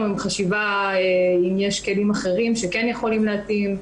עם חשיבה האם יד כלים אחרים שכן יכולים להתאים.